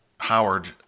howard